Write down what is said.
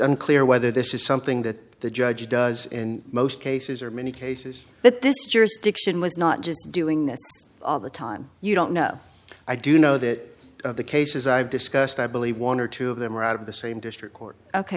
unclear whether this is something that the judge does in most cases or many cases but this jurisdiction was not just doing this all the time you don't know i do know that of the cases i've discussed i believe one or two of them are out of the same district court